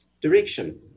direction